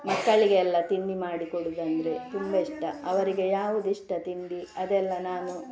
ಮಕ್ಕಳಿಗೆಲ್ಲ ತಿಂಡಿ ಮಾಡಿ ಕೊಡೋದು ಅಂದರೆ ತುಂಬ ಇಷ್ಟ ಅವರಿಗೆ ಯಾವ್ದು ಇಷ್ಟ ತಿಂಡಿ ಅದೆಲ್ಲ ನಾನು